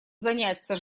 заняться